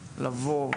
לבוא,